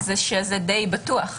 די בטוח...